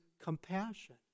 compassion